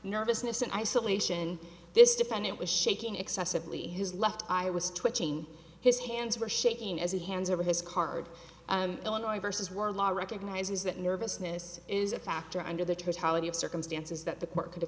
nervousness in isolation this defendant was shaking excessively his left eye was twitching his hands were shaking as he hands over his card illinois versus world law recognizes that nervousness is a factor under the totality of circumstances that the court could have